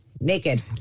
naked